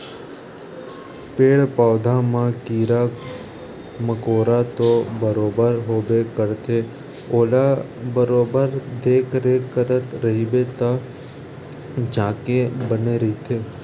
पेड़ पउधा म कीरा मकोरा तो बरोबर होबे करथे ओला बरोबर देखरेख करत रहिबे तब जाके बने रहिथे